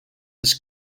his